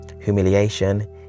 humiliation